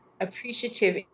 Appreciative